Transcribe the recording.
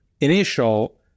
initial